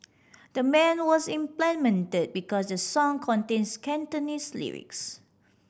the man was implemented because the song contains Cantonese lyrics